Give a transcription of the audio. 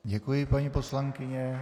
Děkuji, paní poslankyně.